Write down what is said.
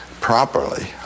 properly